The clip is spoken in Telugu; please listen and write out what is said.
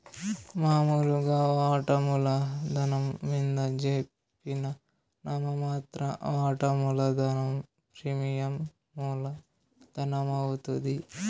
మామూలుగా వాటామూల ధనం మింద జెప్పిన నామ మాత్ర వాటా మూలధనం ప్రీమియం మూల ధనమవుద్ది